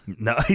No